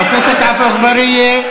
חבר הכנסת עפו אגבאריה,